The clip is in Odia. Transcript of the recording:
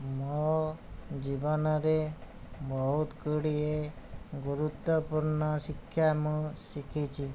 ମୋ ଜୀବନରେ ବହୁତ ଗୁଡ଼ିଏ ଗୁରୁତ୍ୱପୂର୍ଣ୍ଣ ଶିକ୍ଷା ମୁଁ ଶିଖିଛି